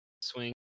swing